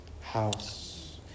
house